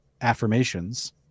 affirmations